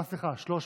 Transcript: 300,